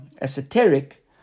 esoteric